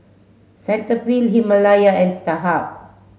Cetaphil Himalaya and Starhub